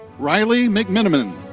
riley mcmenamin.